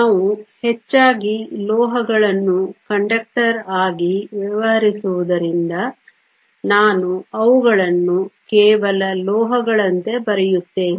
ನಾವು ಹೆಚ್ಚಾಗಿ ಲೋಹಗಳನ್ನು ಕಂಡಕ್ಟರ್ ಆಗಿ ವ್ಯವಹರಿಸುವುದರಿಂದ ನಾನು ಅವುಗಳನ್ನು ಕೇವಲ ಲೋಹಗಳಂತೆ ಬರೆಯುತ್ತೇನೆ